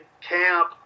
camp